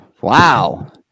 Wow